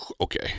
okay